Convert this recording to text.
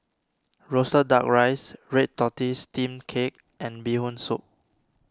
Roasted Duck Rice Red Tortoise Steamed Cake and Bee Hoon Soup